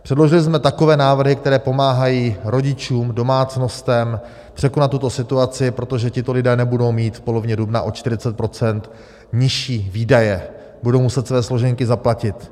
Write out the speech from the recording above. Předložili jsme takové návrhy, které pomáhají rodičům, domácnostem překonat tuto situaci, protože tito lidé nebudou mít v polovině dubna o 40 % nižší výdaje, budou muset své složenky zaplatit.